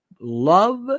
love